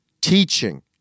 teaching